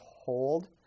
hold